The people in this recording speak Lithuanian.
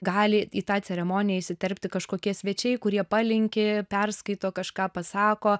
gali į tą ceremoniją įsiterpti kažkokie svečiai kurie palinki perskaito kažką pasako